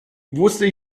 wusste